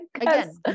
Again